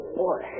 boy